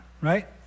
right